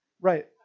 Right